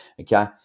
Okay